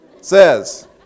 says